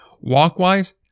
walk-wise